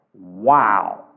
Wow